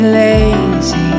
lazy